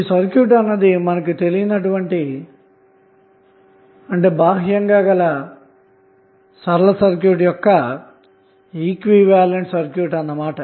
ఈ సర్క్యూట్ అన్నది మనకు తెలియనటువంటి బాహ్యంగా ఉన్న సరళ సర్క్యూట్ యొక్క ఈక్వివలెంట్ సర్క్యూట్ అన్న మాట